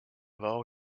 role